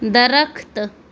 درخت